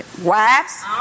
Wives